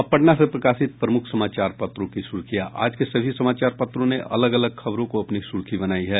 अब पटना से प्रकाशित प्रमुख समाचार पत्रों की सुर्खियां आज के सभी समाचार पत्रों ने अलग अलग खबरों को अपनी सुर्खी बनायी है